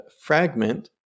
fragment